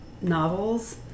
novels